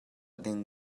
ding